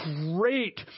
great